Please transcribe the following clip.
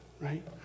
right